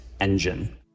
engine